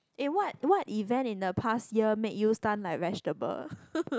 eh what what event in the past year make you stun like vegetable